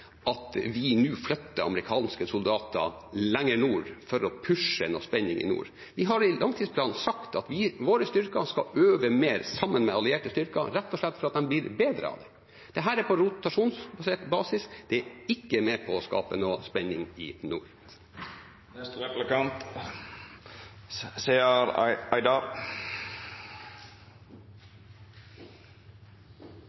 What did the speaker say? at vi nå flytter amerikanske soldater lenger nord for å pushe en spenning i nord. Vi har i langtidsplanen sagt at våre styrker skal øve mer sammen med allierte styrker, rett og slett fordi de blir bedre av det. Dette er på rotasjonsbasis, og det er ikke med på å skape noen spenning i nord.